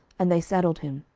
and they saddled him.